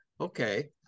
Okay